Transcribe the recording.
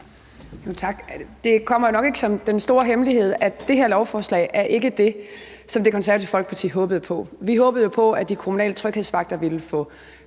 Tak. Det er nok ikke den store hemmelighed, at det her lovforslag ikke er det, som Det Konservative Folkeparti håbede på. Vi håbede jo på, at de kommunale tryghedsvagter ville få